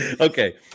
Okay